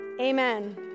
Amen